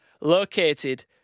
located